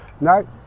No